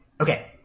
Okay